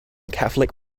catholic